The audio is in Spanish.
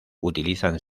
utilizan